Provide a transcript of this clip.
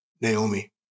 Naomi